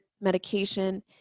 medication